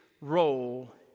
role